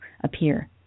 appear